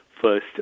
first